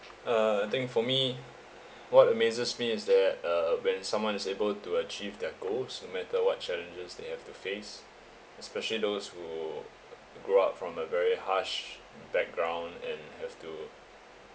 uh I think for me what amazes me is that uh when someone is able to achieve their goals no matter what challenges they have to face especially those who grew up from a very harsh background and have to